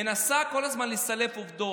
מנסה כל הזמן לסלף עובדות,